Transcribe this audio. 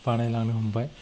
बानायलांनो हमबाय